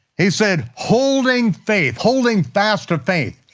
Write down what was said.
he said holding faith, holding fast to faith,